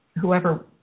whoever